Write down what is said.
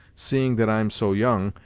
seeing that i'm so young,